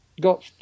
got